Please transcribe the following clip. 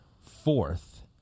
fourth